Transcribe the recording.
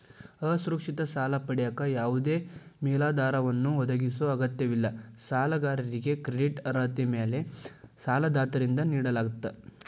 ಅಸುರಕ್ಷಿತ ಸಾಲ ಪಡೆಯಕ ಯಾವದೇ ಮೇಲಾಧಾರವನ್ನ ಒದಗಿಸೊ ಅಗತ್ಯವಿಲ್ಲ ಸಾಲಗಾರಾಗಿ ಕ್ರೆಡಿಟ್ ಅರ್ಹತೆ ಮ್ಯಾಲೆ ಸಾಲದಾತರಿಂದ ನೇಡಲಾಗ್ತ